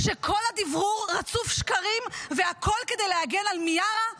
כשכל הדברור רצוף שקרים והכול כדי להגן על מיארה.